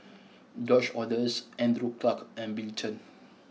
George Oehlers Andrew Clarke and Bill Chen